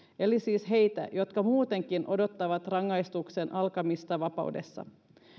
eli siis heitä jotka muutenkin odottavat rangaistuksen alkamista vapaudessa